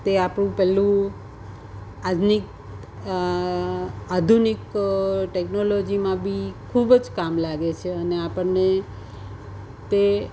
તે આપણું પેલું આજની આધુનિક ટેકનોલોજીમાં બી ખૂબ જ કામ લાગે છે અને આપણને તે